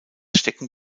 stecken